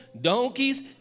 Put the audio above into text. donkeys